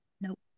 nope